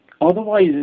otherwise